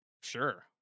Sure